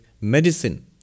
medicine